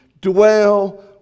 dwell